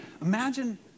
Imagine